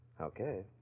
Okay